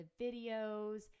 videos